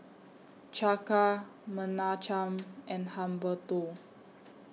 Chaka Menachem and Humberto